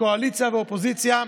מהקואליציה ומהאופוזיציה,